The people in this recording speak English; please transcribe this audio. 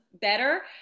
better